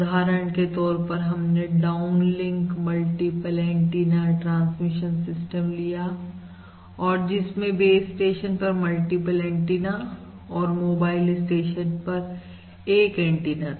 उदाहरण के तौर पर हमने downlink multiple antenna transmission system लिया और जिसमें बेस स्टेशन पर मल्टीपल एंटीना और मोबाइल स्टेशन पर एक एंटीना था